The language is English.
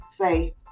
say